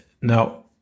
Now